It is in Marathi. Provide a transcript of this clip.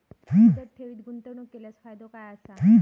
मुदत ठेवीत गुंतवणूक केल्यास फायदो काय आसा?